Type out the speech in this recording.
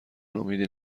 امیدی